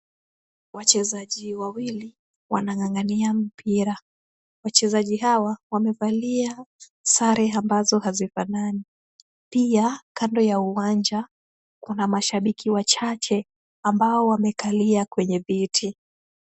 Wachezaji wawili wanang'ang'ania mpira. Wachezaji hawa wamevalia sare ambazo hazifanani. Pia kando ya uwanja kuna mashabiki wachache ambao wamekalia kwenye viti.